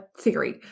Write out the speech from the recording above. theory